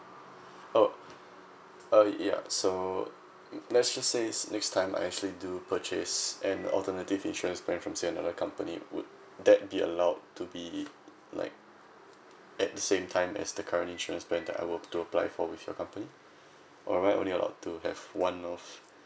oh uh yeah so let's just says next time I actually do purchase an alternative insurance plan from say another company would that be allowed to be like at the same time as the current insurance plan that I were to apply for with your company or am I only allowed to have one of